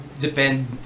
depend